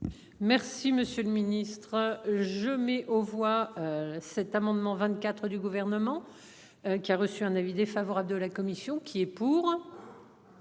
Merci monsieur le ministre je mets aux voix. Cet amendement 24 du gouvernement. Qui a reçu un avis défavorable de la commission. Qui est pour.